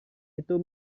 itu